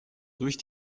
durch